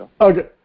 Okay